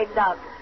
love